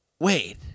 wait